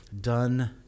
done